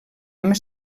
amb